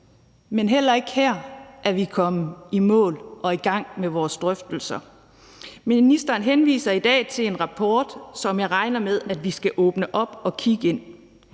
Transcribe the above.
Men heller ikke her er vi kommet i mål og i gang med vores drøftelser. Ministeren henviser i dag til en rapport, som jeg regner med at vi skal åbne op og kigge ind